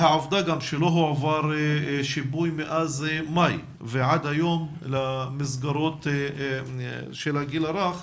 העובדה גם שלא הועבר שיפוי מאז מאי ועד היום למסגרות של הגיל הרך,